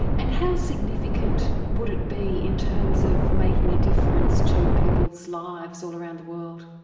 and how significant would it be in terms of making a difference to people's lives all around the world?